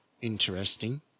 interesting